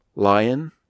Lion